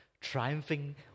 triumphing